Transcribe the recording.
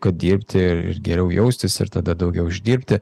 kad dirbti geriau jaustis ir tada daugiau uždirbti